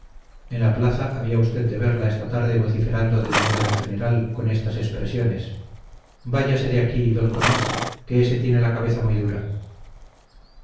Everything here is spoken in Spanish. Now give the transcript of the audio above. en la plaza había usted de verla esta tarde vociferando delante del general con estas expresiones váyase de aquí d tomás que ése tiene la cabeza muy dura